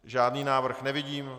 Žádný návrh nevidím.